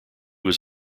was